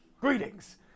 Greetings